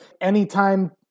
Anytime